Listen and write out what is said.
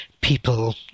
people